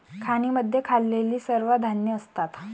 खाणींमध्ये खाल्लेली सर्व धान्ये असतात